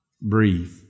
Breathe